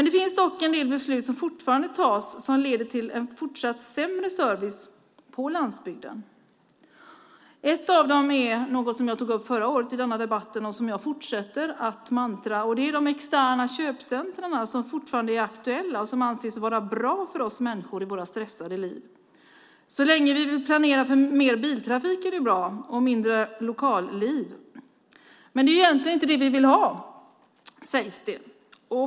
Det tas dock fortfarande en del beslut som leder till en fortsatt sämre service på landsbygden. Ett av dem är något som jag tog upp förra året i denna debatt och som jag fortsätter att upprepa som ett mantra, och det är de externa köpcentra som fortfarande är aktuella och som anses vara bra för oss människor i våra stressade liv. Så länge vi vill planera för mer biltrafik och mindre lokalt liv är det bra, men det är egentligen inte det vi vill ha, sägs det.